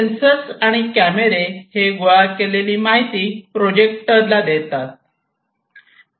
sensors आणि कॅमेरे हे गोळा केलेली माहिती प्रोजेक्टला पोहोचती करतात